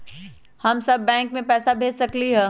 हम सब बैंक में पैसा भेज सकली ह?